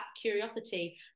curiosity